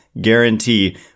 guarantee